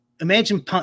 Imagine